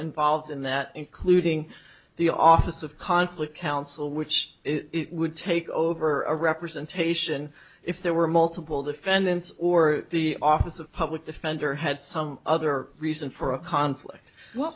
involved in that including the office of conflict council which it would take over a representation if there were multiple defendants or the office of public defender had some other reason for a conflict